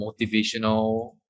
motivational